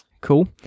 cool